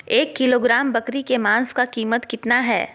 एक किलोग्राम बकरी के मांस का कीमत कितना है?